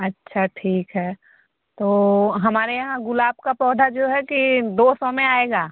अच्छा ठीक है तो हमारे यहाँ गुलाब का पौधा जो है कि दो सौ में आएगा